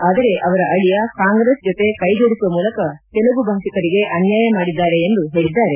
ಆದರೆ ಅವರ ಅಳಿಯ ಕಾಂಗ್ರೆಸ್ ಜೊತೆ ಕೈ ಜೋಡಿಸುವ ಮೂಲಕ ತೆಲುಗು ಭಾಷಿಕರಿಗೆ ಅನ್ನಾಯ ಮಾಡಿದ್ಗಾರೆ ಎಂದು ಹೇಳಿದ್ಗಾರೆ